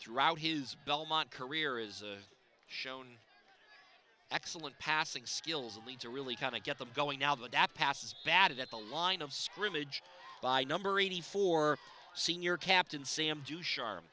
throughout his belmont career is a shown excellent passing skills and lead to really kind of get the going now the gap passes batted at the line of scrimmage by number eighty four senior captain sam do sharm